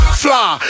fly